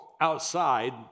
outside